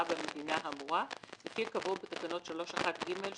בת הדיווח שהמוסד הפיננסי סיווג אותו כתושב בה,